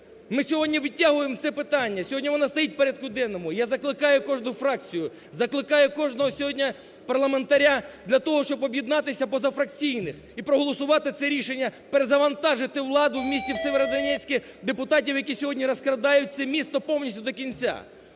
Ми сьогодні відтягуємо це питання, сьогодні воно стоїть в порядку денному. Я закликаю кожну фракцію, закликаю кожного сьогодні парламентаря для того, щоб об'єднатися, позафракційних і проголосувати це рішення, перезавантажити владу в місті Сєвєродонецьку, депутатів, які сьогодні розкрадають це місто повністю до кінця.